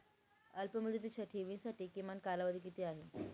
अल्पमुदतीच्या ठेवींसाठी किमान कालावधी किती आहे?